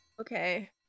Okay